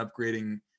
upgrading